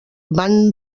van